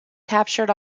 captured